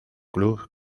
club